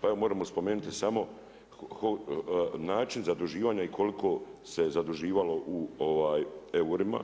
Pa evo možemo spomenuti samo način zaduživanja i koliko se je zaduživalo u eurima,